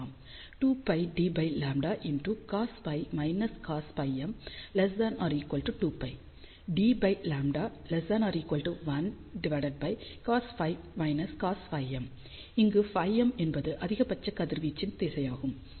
2 πd λ cosΦ−cos Φm ≤ 2π dλ≤ 1 cosΦ−cos Φm இங்கு Φm என்பது அதிகபட்ச கதிர்வீச்சின் திசையாகும்